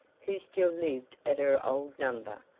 who still lived at her old number,